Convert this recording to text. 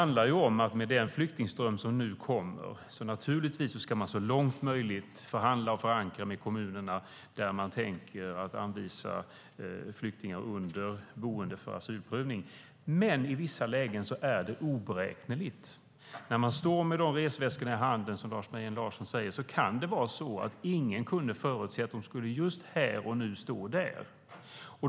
När det gäller den flyktingström som nu kommer bör man naturligtvis så långt möjligt förhandla och förankra med de kommuner dit man tänker anvisa flyktingar ett boende under asylprövningen. Men i vissa lägen är det oberäkneligt. När de stod med resväskorna i handen - som Lars Mejern Larsson säger - var det kanske inte någon som kunde förutse att de skulle just hit.